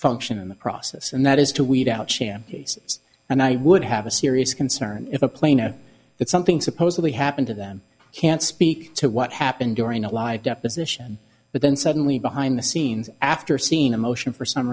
function in the process and that is to weed out champions and i would have a serious concern if a plane or that something supposedly happened to them can't speak to what happened during a live deposition but then suddenly behind the scenes after seeing a motion for s